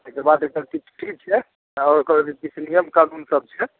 ताहिके बाद एकर किछु फी छियै आओर एकर किछु नियम कानूनसभ छै